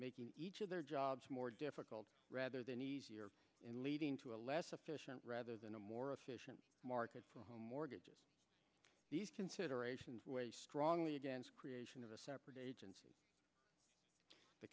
making each of their jobs more difficult rather than easier in leading to a less efficient rather than a more efficient market mortgages these considerations weigh strongly against creation of a separate agency the